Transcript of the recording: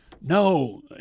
No